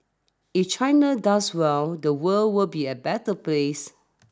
if China does well the world will be a better place